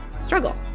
struggle